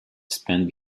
spend